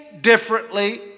differently